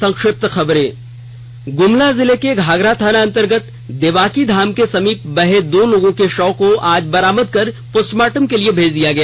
संक्षिप्त खबरें ग्रमला जिला के घाघरा थाना अंतर्गत देवाकी धाम के समीप बहे दो लोगों के शव को आज बरामद कर पोस्टमार्टम के लिए भेज दिया गया